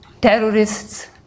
terrorists